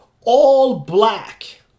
all-black